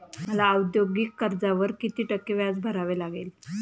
मला औद्योगिक कर्जावर किती टक्के व्याज भरावे लागेल?